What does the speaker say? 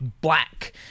Black